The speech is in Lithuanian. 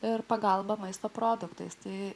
ir pagalbą maisto produktais tai